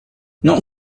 not